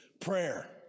prayer